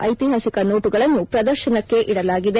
ಐತಿಹಾಸಿಕ ನೋಟುಗಳನ್ನು ಪ್ರದರ್ಶನಕ್ಕೆ ಇಡಲಾಗಿದೆ